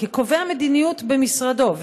כקובע מדיניות במשרדו,